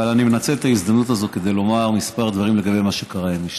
אבל אני מנצל את ההזדמנות הזאת כדי לומר כמה דברים על מה שקרה אמש.